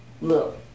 look